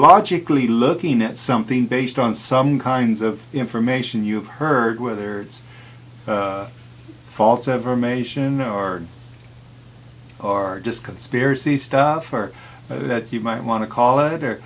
logically looking at something based on some kinds of information you've heard whether it's false ever mation or are just conspiracy stuff for that you might want to call it or